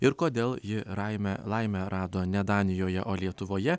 ir kodėl ji raimę laimę rado ne danijoje o lietuvoje